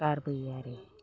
गारबोयो आरो